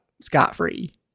scot-free